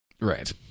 Right